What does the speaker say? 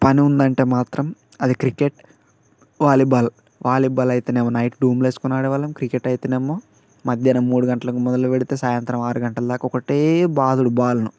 పనుందంటే మాత్రం అది cricket volleyball volleyball అయితేనేమో నైట్ రూంలో వేసుకుని ఆడేవాళ్ళం క్రికెట్ అయితేనేమో మధ్యాహ్నం మూడు గంటలకు మొదలుపెడితే సాయంత్రం ఆరు గంటలదాకా ఒకటే బాదుడు బాల్ను